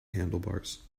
handlebars